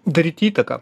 daryt įtaką